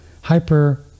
hyper